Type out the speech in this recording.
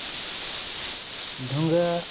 ᱫᱷᱩᱝᱜᱟᱹ